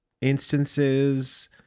instances